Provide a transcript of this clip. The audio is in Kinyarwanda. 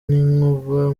n’inkuba